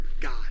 God